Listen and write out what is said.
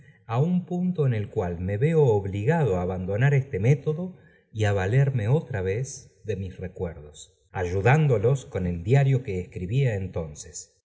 á un punu e l cual me veo obligado á abandonar este método y á valerme otra vez de mis recuerdos ayudándolos con el diario que escribía entonces